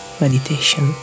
meditation